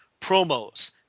promos